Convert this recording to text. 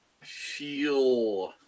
feel